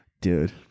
Dude